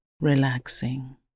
relaxing